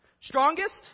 Strongest